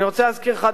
אני רוצה להזכיר לך,